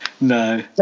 No